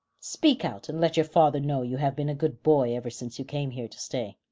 speak out, and let your father know you have been a good boy ever since you came here to stay.